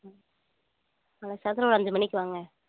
ம் நாளைக்கு சாயந்தரம் ஒரு அஞ்சு மணிக்கு வாங்க